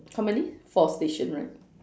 how many four station right